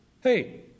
hey